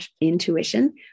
intuition